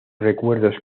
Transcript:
recuerdos